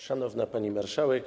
Szanowna Pani Marszałek!